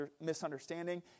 misunderstanding